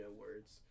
words